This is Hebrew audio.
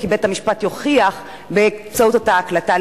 כי בבית-המשפט הוא יוכיח באמצעות אותה הקלטה.